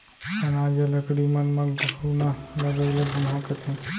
अनाज या लकड़ी मन म घुना लगई ल घुनहा कथें